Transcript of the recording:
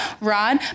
rod